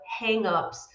hangups